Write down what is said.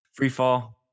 Freefall